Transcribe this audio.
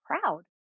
proud